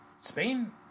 Spain